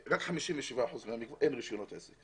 אין רישיונות עסק.